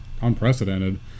unprecedented